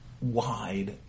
wide